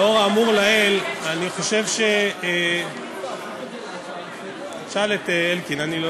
לאור האמור לעיל, אני חושב, תשאל את יריב.